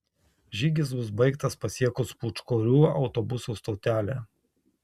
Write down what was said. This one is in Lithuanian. žygis bus baigtas pasiekus pūčkorių autobusų stotelę